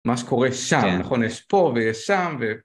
מה שקורה שם, נכון? יש פה ויש שם ו...